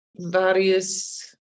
various